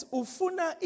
ufuna